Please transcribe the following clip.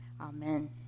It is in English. Amen